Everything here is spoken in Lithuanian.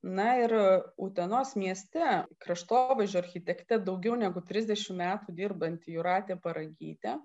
na ir utenos mieste kraštovaizdžio architekte daugiau negu trisdešimt metų dirbanti jūratė paragytė